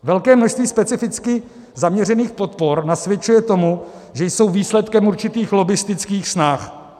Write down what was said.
Velké množství specificky zaměřených podpor nasvědčuje tomu, že jsou výsledkem určitých lobbistických snah.